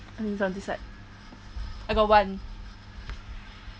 ah is on this side I got one